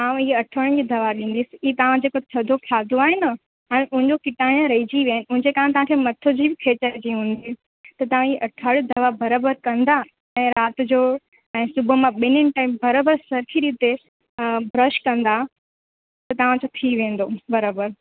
आंव हीअ अठवंज जी दवा ॾींदीसि ई तव्हां जेको थदो खाधो आहे न हाणे उनजो कीटाणू रहिजी विया आहिनि उनजे कारण तव्हांखे मथो जी खेचरजी हूंदी त तव्हां हीअ अठारी दवा बराबरि कंदा ऐं राति जो ऐं सुबुह मां ॿिनिनि टाइम बराबरि सखरी ते तव्हां ब्रश कंदा त तव्हांजो थी वेंदो बराबरि